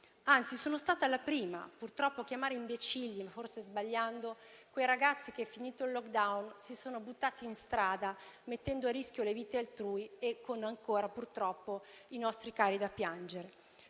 Anzi, sono stata la prima a chiamare imbecilli, forse sbagliando, quei ragazzi che, finito il *lockdown*, si sono buttati in strada mettendo a rischio le vite altrui, con ancora - purtroppo - i nostri cari da piangere.